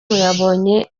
yabonye